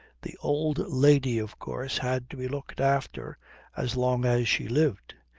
the old lady of course had to be looked after as long as she lived.